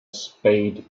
spade